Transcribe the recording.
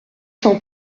cent